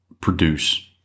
produce